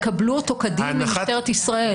יקבלו אותו כדין ממשטרת ישראל.